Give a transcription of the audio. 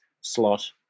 slot